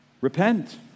Repent